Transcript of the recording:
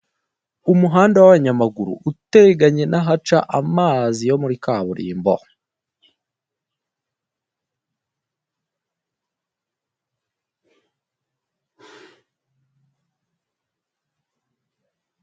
Umuhanda w'abanyamaguru uteganye n'ahaca amazi yo muri kaburimbo.